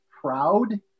proud